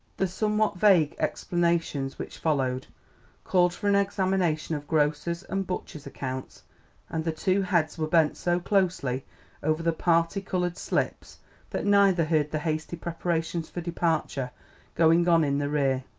the somewhat vague explanations which followed called for an examination of grocer's and butcher's accounts and the two heads were bent so closely over the parti-coloured slips that neither heard the hasty preparations for departure going on in the rear.